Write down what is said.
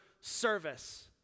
service